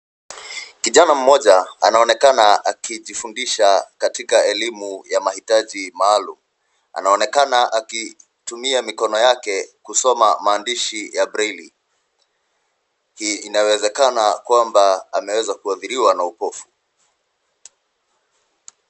Kijana mmoja anaonekana akijifundisha katika elimu ya mahitaji maaulum, anaonekana akitumia mikono yake kusoma maandishi ya breli. Hii inawezekana kwamba ameweza kuathiriwa na upofu,